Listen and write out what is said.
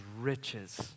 riches